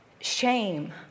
shame